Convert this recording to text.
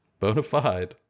Bonafide